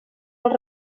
els